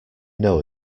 know